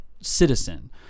citizen